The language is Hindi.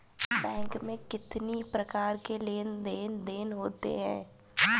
बैंक में कितनी प्रकार के लेन देन देन होते हैं?